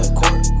court